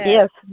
Yes